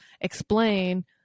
explain